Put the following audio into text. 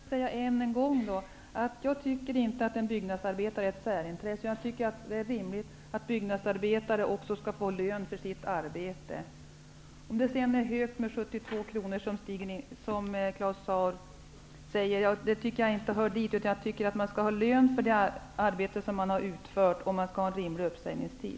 Herr talman! Jag skall än en gång säga att jag inte tycker att byggnadsarbetare är ett särintresse, utan jag tycker att det är rimligt att byggnadsarbetare också skall få lön för sitt arbete. Om det sedan, som Claus Zaar säger, är för mycket med 72 kr tycker jag inte hör hit. Jag tycker att de skall ha lön för det arbete de har utfört och att de skall ha en rimlig uppsägningstid.